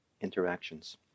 interactions